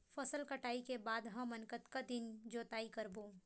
फसल कटाई के बाद हमन कतका दिन जोताई करबो?